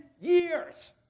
years